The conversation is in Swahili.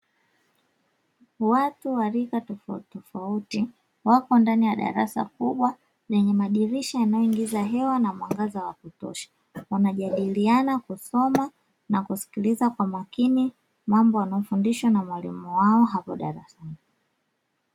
Watu waalika tofauti ndani ya darasa kubwa lenye mabadiliko hewa ni wanajadiliana kusoma na kusikiliza kwa makini mambo unayofundishwa na mwalimu wao hapo darasani.